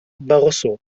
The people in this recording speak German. barroso